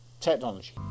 technology